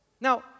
Now